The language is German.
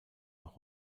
noch